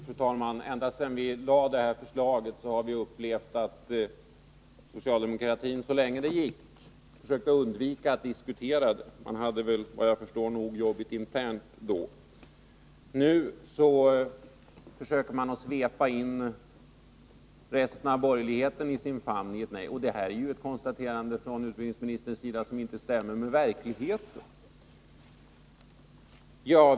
Fru talman! Ända sedan vi lade fram vårt förslag har vi upplevt att socialdemokratin, så länge det gick, försökt undvika att diskutera det. Man hade väl, såvitt jag förstår, nog jobbigt internt då. Nu försöker man svepa in resten av borgerligheten i sin famn i ett nej. Det är ett konstaterande från utbildningsministerns sida som inte stämmer med verkligheten.